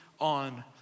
on